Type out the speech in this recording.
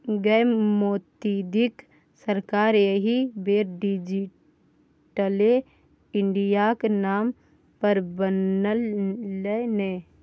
गै मोदीक सरकार एहि बेर डिजिटले इंडियाक नाम पर बनलै ने